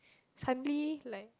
suddenly like